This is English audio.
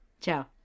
Ciao